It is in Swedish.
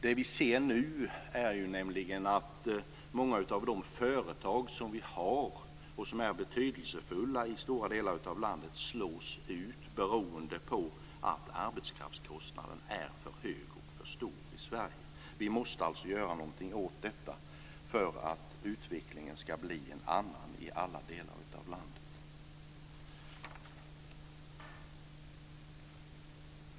Det vi ser nu är nämligen att många av de företag som vi har och som är betydelsefulla i stora delar av landet slås ut, beroende på att arbetskraftskostnaden är för hög i Sverige. Vi måste alltså göra någonting åt detta för att utvecklingen ska bli en annan i alla delar av landet.